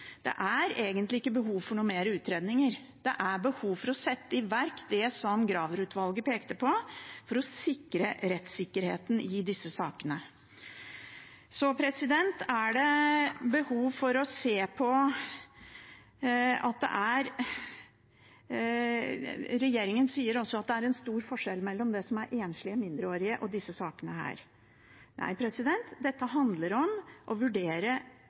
det skal gjøres. Det er egentlig ikke behov for flere utredninger. Det er behov for å sette i verk det som Graver-utvalget pekte på, for å sikre rettssikkerheten i disse sakene. Regjeringen sier at det er stor forskjell mellom saker med enslige mindreårige og disse sakene. Nei, dette handler om å vurdere